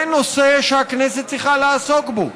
זה נושא שהכנסת צריכה לעסוק בו.